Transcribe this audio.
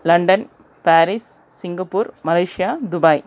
London Paris Singapore Malaysia Dubai